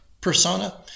persona